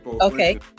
Okay